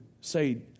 say